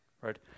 right